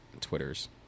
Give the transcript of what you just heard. Twitters